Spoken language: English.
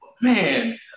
Man